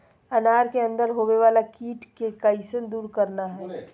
अनार के अंदर होवे वाला कीट के कैसे दूर करना है?